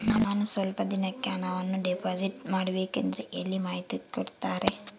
ನಾನು ಸ್ವಲ್ಪ ದಿನಕ್ಕೆ ಹಣವನ್ನು ಡಿಪಾಸಿಟ್ ಮಾಡಬೇಕಂದ್ರೆ ಎಲ್ಲಿ ಮಾಹಿತಿ ಕೊಡ್ತಾರೆ?